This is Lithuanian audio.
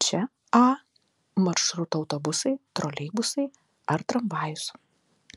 čia a maršruto autobusai troleibusai ar tramvajus